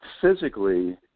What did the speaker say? Physically